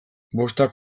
bostak